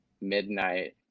midnight